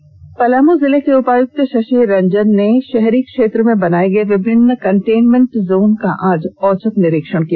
निरीक्षण पलामू जिले के उपायुक्त शशि रंजन ने शहरी क्षेत्र में बनाए गए विभिन्न कंटेनमेंट जोन का आज औचक निरीक्षण किया